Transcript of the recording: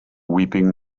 weeping